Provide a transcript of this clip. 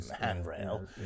handrail